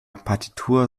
partitur